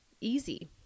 easy